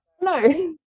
no